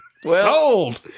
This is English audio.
Sold